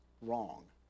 wrong